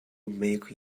make